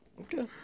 Okay